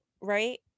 right